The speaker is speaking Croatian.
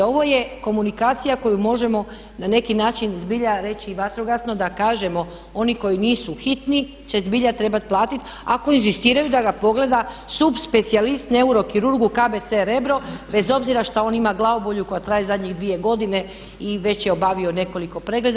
Ovo je komunikacija koju možemo na neki način zbilja reći i vatrogasno da kažemo, oni koji nisu hitni će zbilja trebati platiti ako inzistiraju da ga pogleda sup specijalist, neurokirurg u KBC-u Rebro bez obzira što on ima glavobolju koja traje zadnjih dvije godine i već je obavio nekoliko pregleda.